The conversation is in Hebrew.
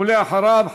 ואחריו,